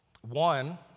One